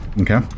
Okay